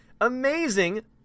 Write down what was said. amazing